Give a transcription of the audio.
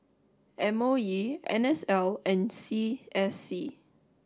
M O E N S L and C S C